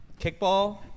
Kickball